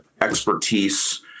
expertise